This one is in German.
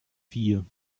vier